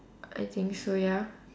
I think so ya